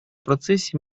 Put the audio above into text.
процессе